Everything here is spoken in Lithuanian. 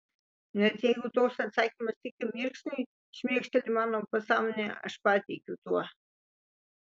net jeigu toks atsakymas tik mirksniui šmėkšteli mano pasąmonėje aš patikiu tuo